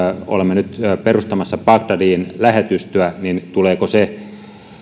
olemme nyt perustamassa bagdadiin lähetystöä niin tuleeko se